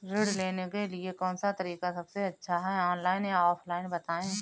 ऋण लेने के लिए कौन सा तरीका सबसे अच्छा है ऑनलाइन या ऑफलाइन बताएँ?